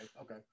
okay